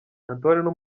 antoinette